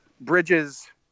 Bridges